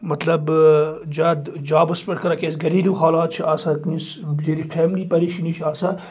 مطلب زیادٕ جابس پٮ۪ٹھ کران کیازِ گریلو حالات چھِ آسان کٲنٛسہِ بِچٲرِس فیملی پریشانی چھِ آسان